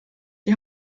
die